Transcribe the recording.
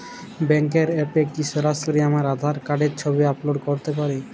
ব্যাংকের অ্যাপ এ কি সরাসরি আমার আঁধার কার্ড র ছবি আপলোড করতে পারি?